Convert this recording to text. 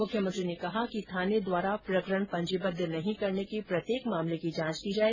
मुख्यमंत्री ने कहा कि थाने द्वारा प्रकरण पंजीबद्ध नहीं करने के प्रत्येक मामले की जांच की जाए